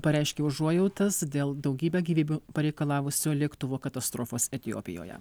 pareiškė užuojautas dėl daugybę gyvybių pareikalavusio lėktuvo katastrofos etiopijoje